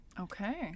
Okay